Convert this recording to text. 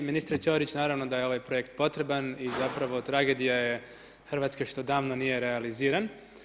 Ministre Ćorić, naravno da je ovaj projekt potreban i zapravo tragedija je RH što davno nije realiziran.